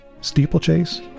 Steeplechase